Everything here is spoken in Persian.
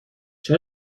چرا